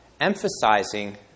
emphasizing